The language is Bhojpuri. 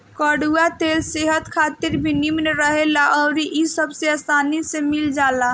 कड़ुआ तेल सेहत खातिर भी निमन रहेला अउरी इ सबसे आसानी में मिल जाला